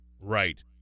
Right